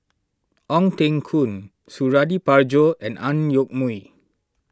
Ong Teng Koon Suradi Parjo and Ang Yoke Mooi